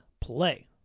play